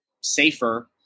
safer